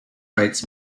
rights